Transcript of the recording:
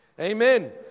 Amen